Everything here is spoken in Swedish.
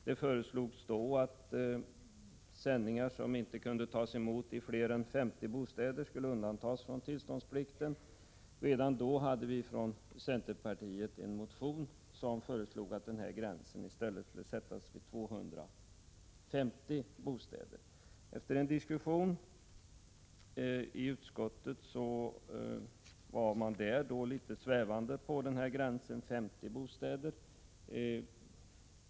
Då föreslogs att sändningar som inte kunde tas emot av fler än 50 bostäder skulle undantas från tillståndsplikten. Vi hade då från centerpartiet en motion där vi föreslog att gränsen i stället skulle sättas vid 250 bostäder. Efter en diskussion i utskottet var man litet svävande i fråga om gränsen 50 bostäder.